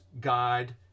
guide